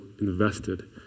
invested